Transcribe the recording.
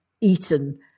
eaten